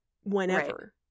whenever